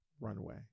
runway